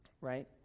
right